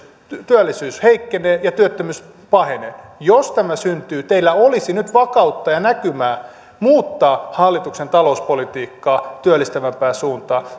työllisyys heikkenee ja työttömyys pahenee jos tämä syntyy teillä olisi nyt vakautta ja näkymää muuttaa hallituksen talouspolitiikkaa työllistävämpään suuntaan